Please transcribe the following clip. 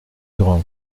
grandes